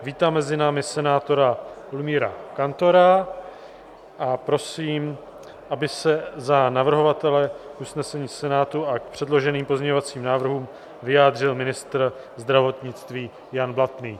Vítám mezi námi senátora Lumíra Kantora a prosím, aby se za navrhovatele k usnesení Senátu a k předloženým pozměňovacím návrhům vyjádřil ministr zdravotnictví Jan Blatný.